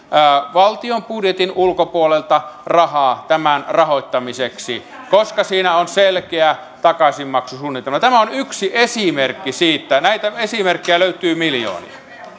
valtion budjetin ulkopuolelta rahaa tämän rahoittamiseksi koska siinä on selkeä takaisinmaksusuunnitelma tämä on yksi esimerkki siitä näitä esimerkkejä löytyy miljoonia